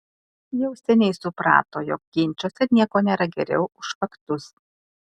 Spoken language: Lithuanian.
jau seniai suprato jog ginčuose nieko nėra geriau už faktus